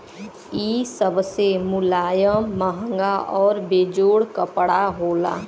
इ सबसे मुलायम, महंगा आउर बेजोड़ कपड़ा होला